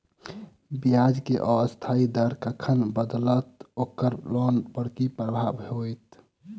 ब्याज केँ अस्थायी दर कखन बदलत ओकर लोन पर की प्रभाव होइत?